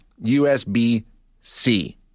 USB-C